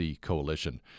Coalition